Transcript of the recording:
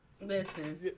Listen